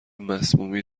مسمومی